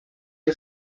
que